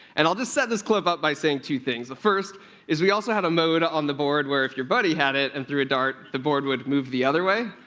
and i'll just set this clip up by saying two things. the first is we also had a mode on the board where if your buddy had it and threw a dart, the board would move the other way.